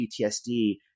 PTSD